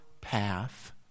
path